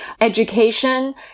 education